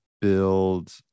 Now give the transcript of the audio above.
build